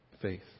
faith